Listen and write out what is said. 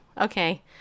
Okay